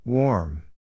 Warm